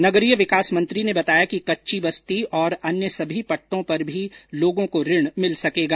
नगरीय विकास मंत्री ने बताया कि कच्ची बस्ती और अन्य सभी पट्टों पर भी लोगों को ऋण मिल सकेगा